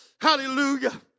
Hallelujah